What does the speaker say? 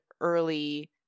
early